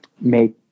make